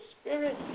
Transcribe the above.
spirit